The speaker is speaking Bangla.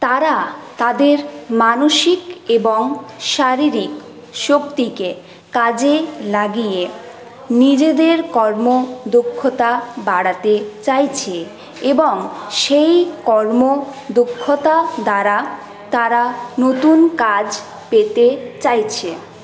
তারা তাদের মানসিক এবং শারীরিক শক্তিকে কাজে লাগিয়ে নিজেদের কর্মদক্ষতা বাড়াতে চাইছে এবং সেই কর্মদক্ষতা দ্বারা তারা নতুন কাজ পেতে চাইছে